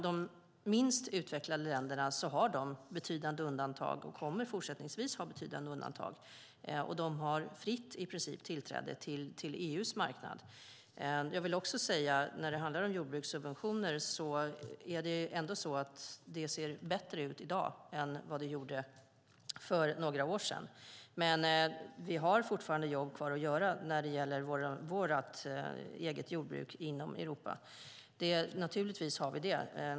De minst utvecklade länderna har betydande undantag och kommer fortsättningsvis att ha det. De har i princip fritt tillträde till EU:s marknad. När det handlar om jordbrukssubventioner vill jag också säga att det ser bättre ut i dag än det gjorde för några år sedan. Men vi har naturligtvis fortfarande jobb kvar att göra när det gäller vårt eget jordbruk inom Europa.